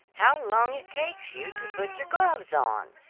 how long it takes you to put your gloves on!